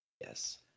yes